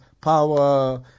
power